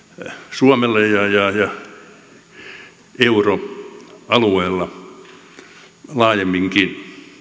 suomelle ja ja euroalueella laajemminkin